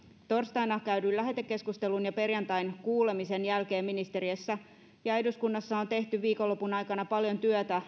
torstaina käydyn lähetekeskustelun ja perjantain kuulemisen jälkeen ministeriössä ja eduskunnassa on tehty viikonlopun aikana paljon työtä